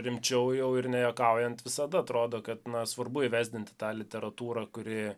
rimčiau jau ir nejuokaujant visada atrodo kad na svarbu įvesdinti tą literatūrą kuri